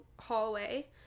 hallway